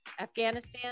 Afghanistan